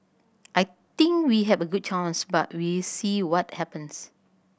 I think we have a good chance but we'll see what happens